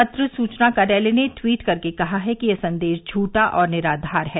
पत्र सूचना कार्यालय ने ट्वीट कर कहा है कि यह संदेश झूठा और निराधार है